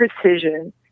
precision